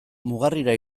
mugarrira